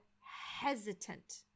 hesitant